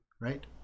right